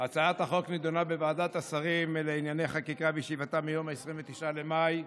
הצעת החוק נדונה בוועדת השרים לענייני חקיקה בישיבתה מיום 29 במאי.